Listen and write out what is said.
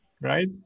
Right